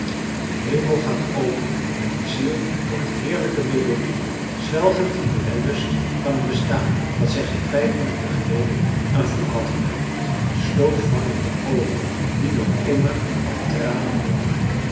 de hemel gaat open mijn ziel hoort heerlijke melodieën zwelgend in den wellust van een bestaan dat zij geen vijf minuten geleden een vloek had genoemd sloot fanny de oogen die nog immer van tranen blonken